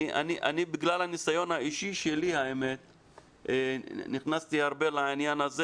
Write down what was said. בגלל הניסיון האישי שלי נכנסתי הרבה לעניין הזה